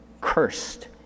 cursed